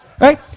Right